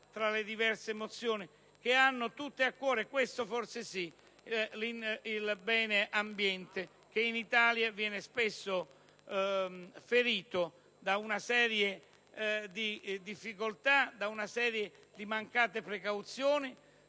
tra le diverse mozioni, che hanno tutte a cuore ‑ questo forse sì ‑ il bene ambiente, che in Italia viene spesso ferito da una serie di difficoltà, di mancate precauzioni